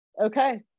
Okay